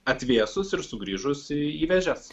atvėsus ir sugrįžus į vėžes